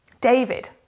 David